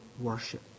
worship